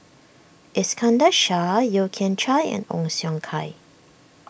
Iskandar Shah Yeo Kian Chai and Ong Siong Kai